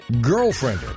Girlfriend